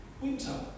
winter